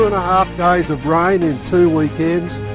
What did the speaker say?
a half days of rain in two weekends,